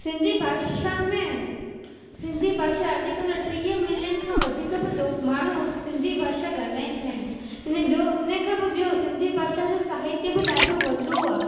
सिंधी भाषा में सिंधी भाषा अॼु कल्ह टींह मिलियन खां वधीक बि लो माण्हू सिंधी भाषा ॻाल्हाईंदा आहिनि अने ॿियो इन खां बि ॿियो सिंधी भाषा जो साहित्य बि ॾाढो वॾो आहे